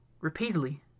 repeatedly